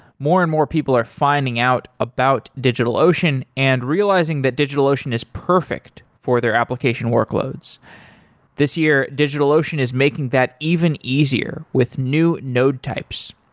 more and more, people are finding out about digitalocean and realizing that digitalocean is perfect for their application workloads this year, digitalocean is making that even easier with new node types.